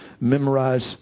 Memorize